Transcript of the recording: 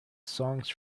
songs